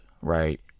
right